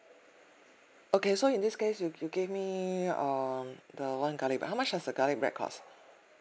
okay so in this case you you give me um the one garlic but how much does the garlic bread cost